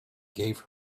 gave